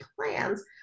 plans